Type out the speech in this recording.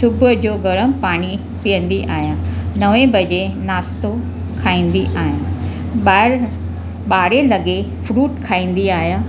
सुबुह जो गरमु पाणी पीअंदी आहियां नवें बजे नश्तो खाईंदी आहियां ॿाहिरि ॿारहें लॻे फ्रूट खाईंदी आहियां